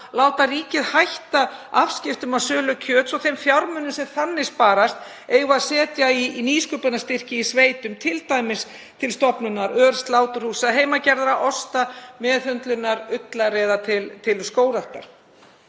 láta ríkið hætta afskiptum af sölu kjöts og þá fjármuni sem þannig sparast eigum við að setja í nýsköpunarstyrki í sveitum, t.d. til stofnunar örsláturhúsa, heimagerðra osta, meðhöndlun ullar eða til skógræktar.